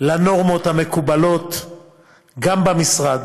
לנורמות המקובלות גם במשרד